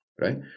right